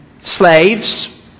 slaves